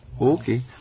Okay